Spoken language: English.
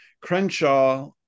Crenshaw